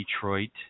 detroit